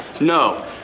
no